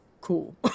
cool